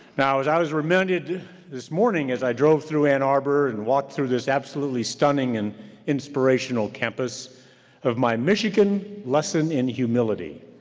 now as i was reminded this morning as i drove through ann arbor and walked through this absolutely stunning and inspirational campus of my michigan lesson in humility.